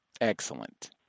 Excellent